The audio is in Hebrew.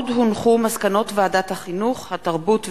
מסקנות ועדת החינוך, התרבות